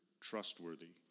trustworthy